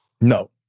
No